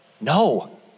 No